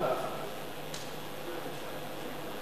ההצעה להעביר את הנושא לוועדת הפנים והגנת הסביבה נתקבלה.